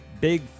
big